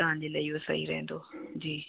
तव्हांजे लाइ इहो सही रहंदो जी